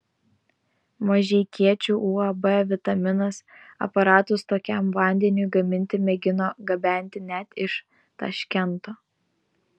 mažeikiečių uab vitaminas aparatus tokiam vandeniui gaminti mėgino gabenti net iš taškento